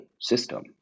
system